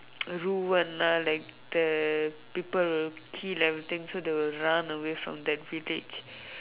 ruined ah like the people will kill everything so they will run away from that village